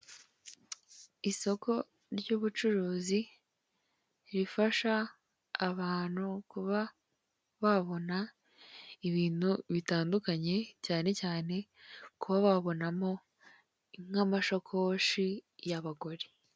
Isoko ry'ubucuruzi rifasha abantu kuba babona ibintu bitandukanye, cyane cyane kuba babonamo nk'amasakoshi y'abagore.